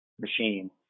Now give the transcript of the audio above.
machine